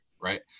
right